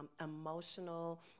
emotional